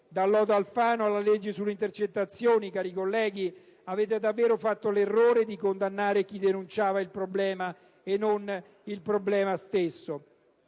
(dal lodo Alfano alla legge sulle intercettazioni), allora, cari colleghi, avete davvero fatto l'errore di condannare chi denunciava il problema e non il problema stesso.